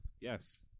Yes